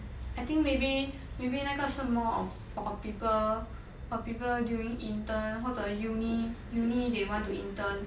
I think maybe maybe 那个是 more of for people for people during intern 或者 uni uni they want to intern